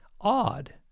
odd